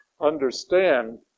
understand